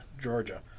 Georgia